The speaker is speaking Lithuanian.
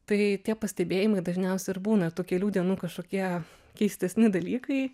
tai tie pastebėjimai dažniausia ir būna tų kelių dienų kažkokie keistesni dalykai